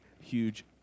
huge